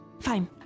Fine